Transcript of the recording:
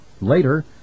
Later